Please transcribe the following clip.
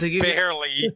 Barely